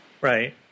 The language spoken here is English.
Right